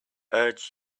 urge